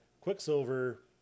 Quicksilver